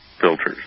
filters